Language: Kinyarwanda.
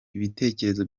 ibitekerezo